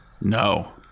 No